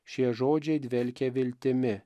šie žodžiai dvelkia viltimi